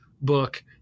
book